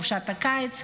חופשת הקיץ,